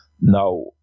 Now